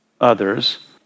others